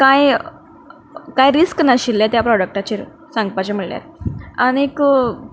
कांय कांय रिस्क नाशिल्ले त्या प्रॉडक्टाचेर सांगपाचें म्हणल्यार आनी